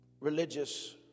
religious